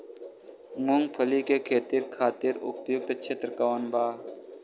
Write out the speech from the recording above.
मूँगफली के खेती खातिर उपयुक्त क्षेत्र कौन वा?